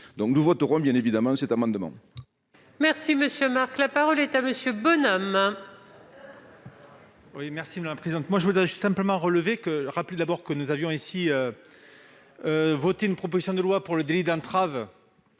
Nous voterons bien évidemment cet amendement.